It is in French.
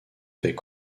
fait